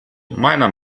meiner